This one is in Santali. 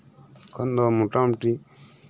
ᱮᱠᱷᱚᱱ ᱫᱚ ᱢᱳᱴᱟᱢᱩᱴᱤ